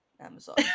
Amazon